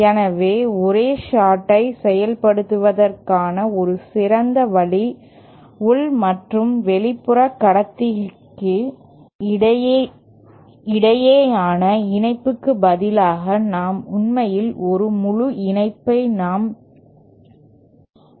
எனவே ஒரே சார்ட் ஐ செயல்படுத்துவதற்கான ஒரு சிறந்த வழி உள் மற்றும் வெளிப்புற கடத்திக்கு இடையேயான இணைப்புக் பதிலாக நாம் உண்மையில் ஒரு முழுஇணைப்பை நாம் கொண்டிருக்கலாம்